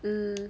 mm